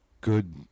good